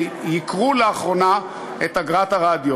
של ייקור אגרת הרדיו